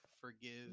forgive